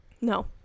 No